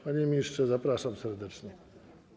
Panie ministrze, zapraszam serdecznie.